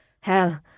Hell